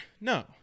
No